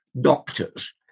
doctors